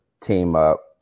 team-up